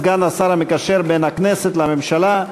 סגן השר המקשר בין הכנסת לבין הממשלה,